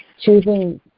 choosing